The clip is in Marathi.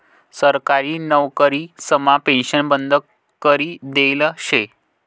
सरकारी नवकरीसमा पेन्शन बंद करी देयेल शे